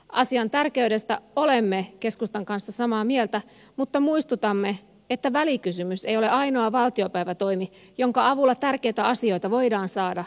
asian tärkeydestä olemme keskustan kanssa samaa mieltä mutta muistutamme että välikysymys ei ole ainoa valtiopäivätoimi jonka avulla tärkeitä asioita voidaan saada keskusteluun